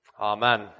amen